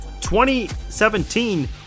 2017